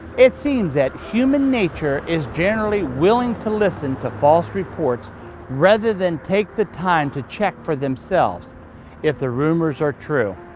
it seems that human nature is generally willing to listen to false reports rather than take the time to check for themselves if the rumors are true.